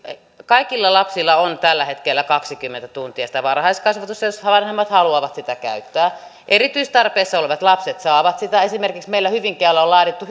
kaikilla lapsilla on tällä hetkellä kaksikymmentä tuntia sitä varhaiskasvatusta jos vanhemmat haluavat sitä käyttää erityistarpeissa olevat lapset saavat sitä esimerkiksi meillä hyvinkäällä on laadittu